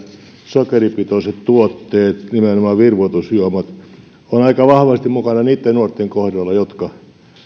sokeripitoiset tuotteet nimenomaan virvoitusjuomat ovat aika vahvasti mukana niitten nuorten kohdalla jotka